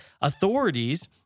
authorities